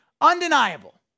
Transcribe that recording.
undeniable